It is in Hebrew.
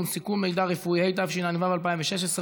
התשע"ח